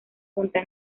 punta